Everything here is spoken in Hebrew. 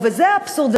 וזה האבסורד,